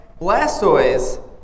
Blastoise